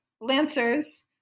lancers